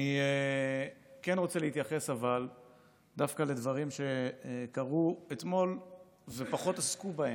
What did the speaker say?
אני כן רוצה להתייחס דווקא לדברים שקרו אתמול ופחות עסקו בהם,